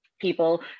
people